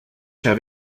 have